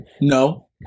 No